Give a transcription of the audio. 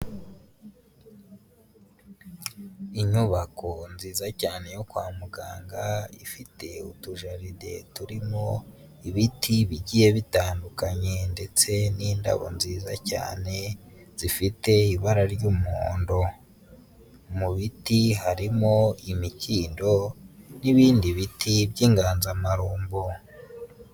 Inyubako nziza cyane yo kwa muganga, ifite utujaride turimo ibiti bigiye bitandukanye ndetse n'indabo nziza cyane zifite ibara ry'umuhondo. Mu biti harimo imikindo n'ibindi biti by'inganzamarumbo.